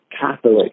Catholic